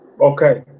Okay